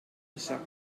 gezakt